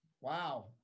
wow